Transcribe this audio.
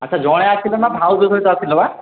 ଆଚ୍ଛା ଜଣେ ଆସିଲ ନା ଭାଉଜ ସହିତ ଆସିଲ ବା